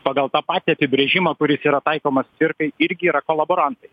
pagal tą patį apibrėžimą kuris yra taikomas cvirkai irgi yra kolaborantai